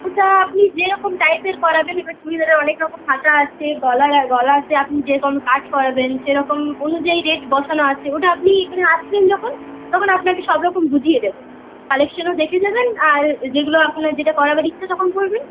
ওটা আপনি যেরকম টাইপের করাবেন এবার চুড়িদারের অনেকরকম হাতা আছে গলার গলা আছে আপনি যেরকম কাজ করাবেন সেরকম অনুযায়ী রেট বসানো আছে ওটা আপনি এখানে আসবেন যখন তখন আপনাকে সব রকম বুঝিয়ে দেবো কালেকশনও দেখে যাবেন আর যেগুলো আপনার যেটা করাবার ইচ্ছা তখন বলবেন